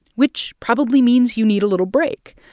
which probably means you need a little break.